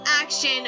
action